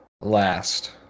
last